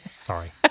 sorry